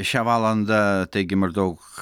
šią valandą taigi maždaug